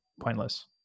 pointless